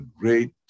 great